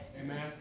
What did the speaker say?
Amen